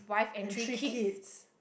and three kids